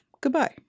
Goodbye